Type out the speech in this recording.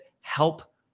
help